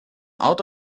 out